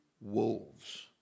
wolves